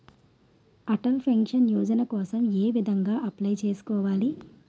Atal pension Yojana కోసం ఏ విధంగా అప్లయ్ చేసుకోవాలి?